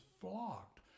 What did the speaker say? flocked